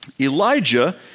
Elijah